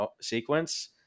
sequence